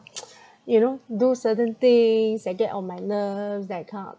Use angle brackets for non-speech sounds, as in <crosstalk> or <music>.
<noise> you know do certain things that get on my nerves that kind of